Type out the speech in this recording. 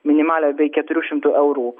minimalią bei keturių šimtų eurų